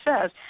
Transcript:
says